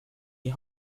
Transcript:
die